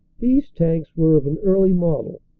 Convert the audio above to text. these tanks were of an early model,